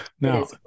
Now